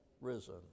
risen